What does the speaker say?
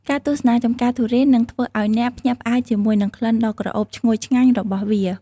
ការទស្សនាចម្ការទុរេននឹងធ្វើឱ្យអ្នកភ្ញាក់ផ្អើលជាមួយនឹងក្លិនដ៏ក្រអូបឈ្ងុយឆ្ងាញ់របស់វា។